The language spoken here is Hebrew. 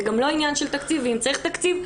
זה גם לא עניין של תקציב ואם צריך תקציב,